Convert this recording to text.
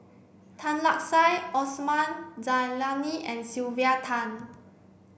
Tan Lark Sye Osman Zailani and Sylvia Tan